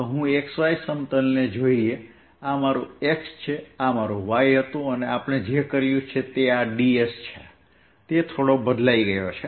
તો x y સમતલને જોઈએ આ મારું X છે આ મારું Y હતું અને આપણે જે કર્યું છે તે આ ds છે તે થોડો બદલાઈ ગયો છે